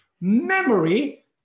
memory